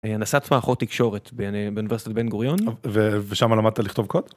אה, הנדסת מערכות תקשורת באוניברסיטת בן גוריון. ו...ושמה למדת לכתוב קוד?